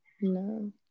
No